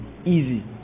easy